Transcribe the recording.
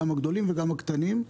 הגדולים והקטנים.